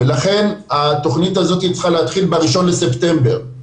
לכן התוכנית צריכה להתחיל ב-1 לספטמבר.